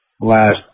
last